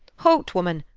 hout, woman!